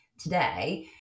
today